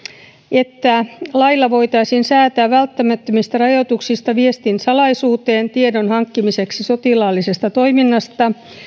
että lailla voitaisiin säätää välttämättömistä rajoituksista viestin salaisuuteen tiedon hankkimiseksi sotilaallisesta toiminnasta